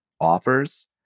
offers